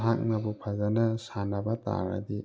ꯃꯍꯥꯛꯅꯕꯨ ꯐꯖꯅ ꯁꯥꯟꯅꯕ ꯇꯥꯔꯗꯤ